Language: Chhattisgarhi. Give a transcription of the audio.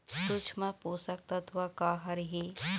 सूक्ष्म पोषक तत्व का हर हे?